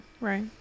Right